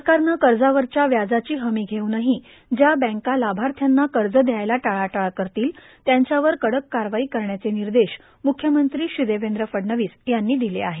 सरकारनं कर्जावरच्या व्याजाची हमी घेऊनही ज्या बँका लाभार्थ्यांना कर्ज द्यायला टाळाटाळ करतील त्याच्यावर कडक कारवाई करण्याचे निर्देश मुख्यमंत्री श्री देवेंद्र फडणवीस यांनी दिले आहेत